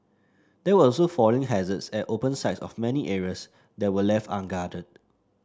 there were also falling hazards at open sides of many areas that were left unguarded